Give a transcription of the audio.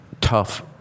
tough